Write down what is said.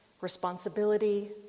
responsibility